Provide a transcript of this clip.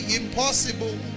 impossible